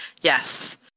Yes